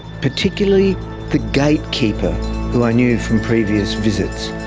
particularly the gatekeeper who i knew from previous visits.